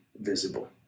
visible